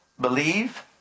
believe